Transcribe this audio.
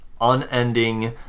unending